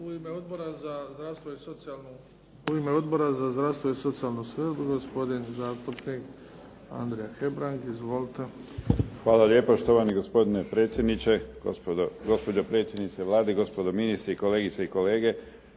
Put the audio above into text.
U ime Odbora za zdravstvo i socijalnu skrb, gospodin Andrija Hebrang. Izvolite. **Hebrang, Andrija (HDZ)** Hvala lijepa štovani gospodine predsjedniče, gospođo predsjednice Vlade, gospodo ministri, kolegice i kolege.